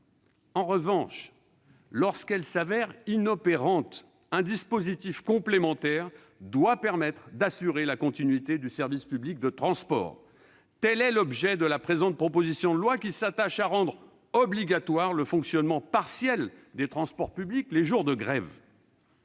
En revanche, lorsqu'elle s'avère inopérante, un dispositif complémentaire doit permettre d'assurer la continuité du service public de transport. Tel est l'objet de la présente proposition de loi, qui s'attache à rendre obligatoire le fonctionnement partiel des transports publics les jours de grève.